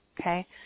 okay